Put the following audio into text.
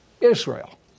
Israel